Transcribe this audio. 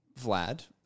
Vlad